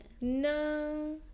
No